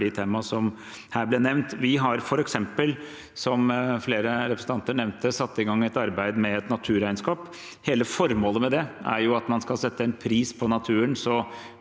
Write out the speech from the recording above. Vi har f.eks., som flere representanter nevnte, satt i gang et arbeid med et naturregnskap. Hele formålet med det er at man skal sette en pris på naturen,